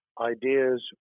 ideas